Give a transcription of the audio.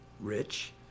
rich